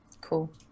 cool